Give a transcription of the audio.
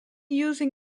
using